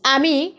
আমি